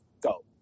go